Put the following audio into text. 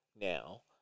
now